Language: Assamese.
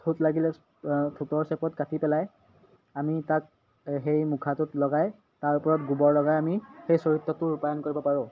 ঠোঁট লাগিলে ঠোঁটৰ চেপত কাটি পেলাই আমি তাক সেই মুখাটোত লগাই তাৰ ওপৰত গোবৰ লগাই আমি সেই চৰিত্ৰটোৰ ৰূপায়ন কৰিব পাৰোঁ